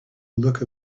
look